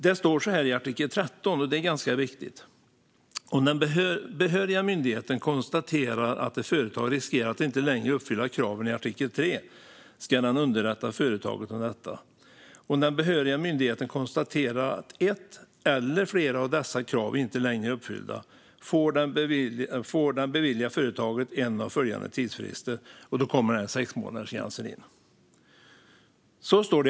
Det står så här i artikel 13 i förordning 1071, och det är ganska viktigt: "Om den behöriga myndigheten konstaterar att ett företag riskerar att inte längre uppfylla kraven i artikel 3 ska den underrätta företaget om detta. Om den behöriga myndigheten konstaterar att ett eller flera av dessa krav inte längre är uppfyllda, får den bevilja företaget en av följande tidsfrister." Där kommer sexmånadersgränsen in.